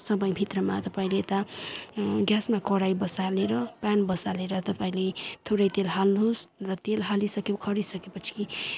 समयभित्रमा तपाईँले यता ग्यासमा कराही बसालेर प्यान बसालेर तपाईँले थोरै तेल हाल्नुहोस् र तेल हालिसके खरिइसकेपछि